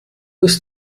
ist